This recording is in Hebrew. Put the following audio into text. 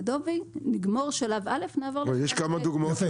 לדובי: נגמור את שלב א' נעבור לשלב ב'.